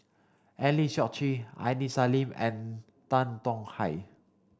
Eng Lee Seok Chee Aini Salim and Tan Tong Hye